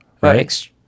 right